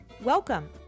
Welcome